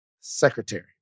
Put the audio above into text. secretary